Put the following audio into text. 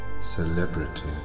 celebrity